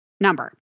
number